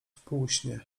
półśnie